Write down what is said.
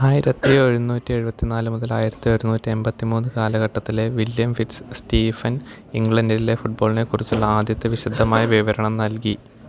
ആയിരത്തി ഒരുനൂറ്റി എഴുപത്തി നാല് മുതൽ ആയിരത്തി ഒരുനൂറ്റി എൺപത്തി മൂന്ന് കാലഘട്ടത്തിലെ വില്യം ഫിറ്റ്സ് സ്റ്റീഫൻ ഇംഗ്ലണ്ടിലെ ഫുട്ബോളിനെക്കുറിച്ചുള്ള ആദ്യത്തെ വിശദമായ വിവരണം നൽകി